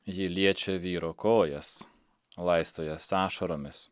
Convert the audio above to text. ji liečia vyro kojas laisto jas ašaromis